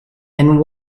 and